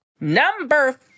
number